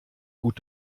gut